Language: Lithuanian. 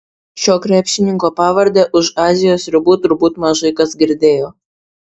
šio krepšininko pavardę už azijos ribų turbūt mažai kas girdėjo